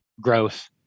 growth